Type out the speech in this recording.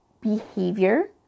behavior